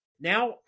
Now